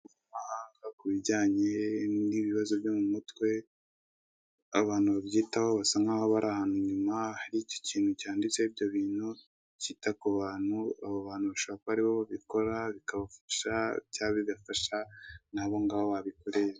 Abahanga ku bijyanye n'ibibazo byo mu mutwe abantu bayitaho basa nkaho bari ahantu inyuma hari icyo kintu cyanditseho ibyo bintu, kita ku bantu, abo bantu bashobora kuba aribo babikora bikabafasha cyangwa bigafasha, n'abo ngabo babikoreye.